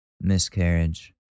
miscarriage